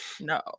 No